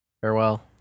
Farewell